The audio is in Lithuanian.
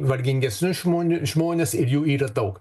vargingesnius žmonių žmones ir jų yra daug